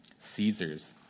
Caesar's